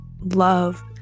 love